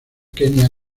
kenia